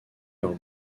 leurs